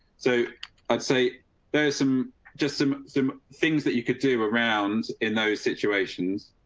so i'd say there's some just some some things that you could do around in those situations.